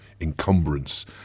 encumbrance